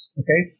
okay